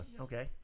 Okay